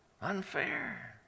Unfair